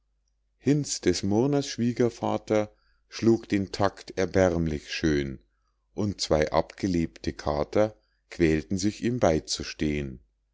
des murners schwiegervater schlug den tact erbärmlich schön und zwei abgelebte kater quälten sich ihm beizustehn